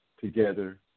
together